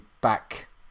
back